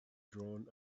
drawn